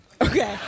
Okay